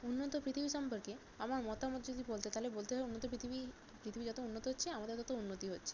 উন্নত পৃথিবী সম্পর্কে আমার মতামত যদি বলতে হয় তাহলে বলতে হয় উন্নত পৃথিবী পৃথিবী যত উন্নত হচ্ছে আমাদের তত উন্নতি হচ্ছে